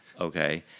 okay